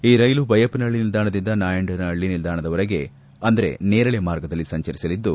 ಈ ರೈಲು ದೈಯಪ್ಪನಹಳ್ಳ ನಿಲ್ದಾಣದಿಂದ ನಾಯಂಡನಹಳ್ಳ ನಿಲ್ದಾಣದವರೆಗೆ ಅಂದರೆ ನೇರಳೆ ಮಾರ್ಗದಲ್ಲಿ ಸಂಚರಿಸಲಿದ್ದು